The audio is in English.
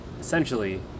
Essentially